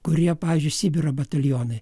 kurie pavyzdžiui sibiro batalionai